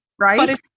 Right